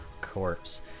corpse